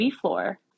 floor